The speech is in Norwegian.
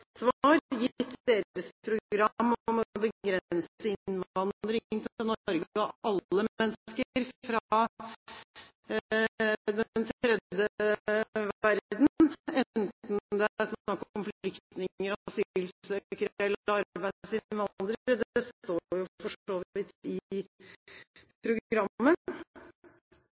alle mennesker fra den tredje verden, enten det er snakk om flyktninger, asylsøkere eller arbeidsinnvandrere. Det står jo for så vidt i programmet.